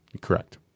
Correct